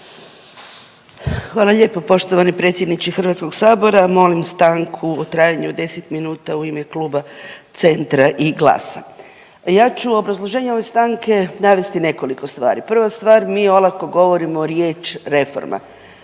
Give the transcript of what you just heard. Hvala lijepo poštovani predsjedniče HS-a, molim stanku u trajanju od 10 minuta u ime Kluba Centra i GLAS-a. Ja ću u obrazloženju ove stanke navesti nekoliko stvari. Prva stvar, mi olako govorimo riječ reforma